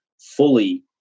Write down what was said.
fully